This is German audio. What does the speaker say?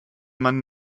man